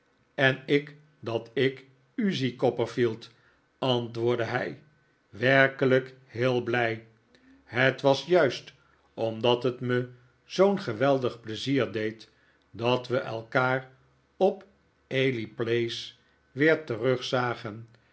en ik dat ik u zie copperfield antwoordde hij werkelijk heel blij het was juist omdat het me zoo'n geweldig pleizier deed dat we elkaar op ely place weer terugzagen